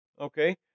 Okay